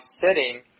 sitting